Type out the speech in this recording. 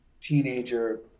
teenager